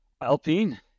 Alpine